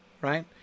right